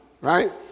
right